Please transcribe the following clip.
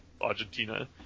Argentina